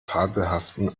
fabelhaften